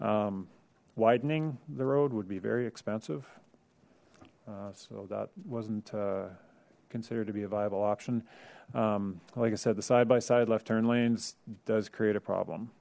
widening the road would be very expensive so that wasn't considered to be a viable option like i said the side by side left turn lanes does create a problem